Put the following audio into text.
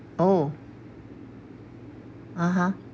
oh (uh huh)